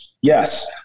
yes